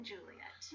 Juliet